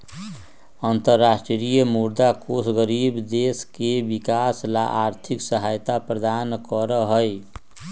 अन्तरराष्ट्रीय मुद्रा कोष गरीब देश के विकास ला आर्थिक सहायता प्रदान करा हई